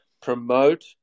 promote